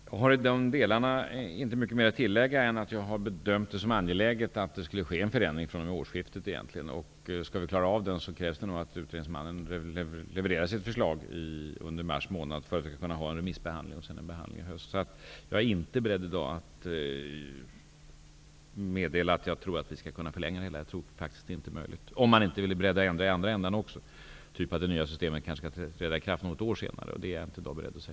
Herr talman! Jag har i dessa delar inte mycket att tillägga. Jag har bedömt det såsom angeläget att en förändring sker fr.o.m. årsskiftet. Skall vi klara av det, krävs det att utredningsmannen levererar sitt förslag under mars månad för att vi skall kunna genomföra en remissbehandling och sedan en behandling i höst. Jag är i dag inte beredd att meddela att jag tror att vi skall kunna förlänga utredningstiden. Jag tror inte att det är möjligt, om man inte är beredd att ändra också i andra änden, dvs. låta det nya systemet träda i kraft något år senare.